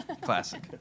Classic